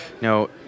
No